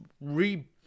re